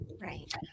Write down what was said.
Right